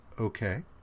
okay